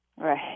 Right